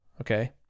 okay